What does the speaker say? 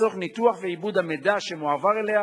לצורך ניתוח ועיבוד המידע שמועבר אליה